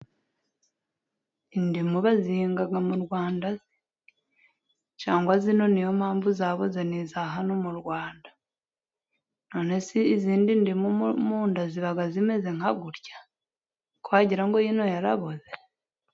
Indimu bazihinga mu Rwanda? Cyangwa izi ni yo mpamvu zaboze ni iza hano mu Rwanda! None se izindi mu nda ziba zimeze nka gutya? Ko wagira ngo ino yaraboze!